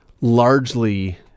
largely